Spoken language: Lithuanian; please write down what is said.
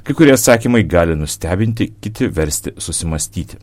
kai kurie atsakymai gali nustebinti kiti versti susimąstyti